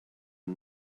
and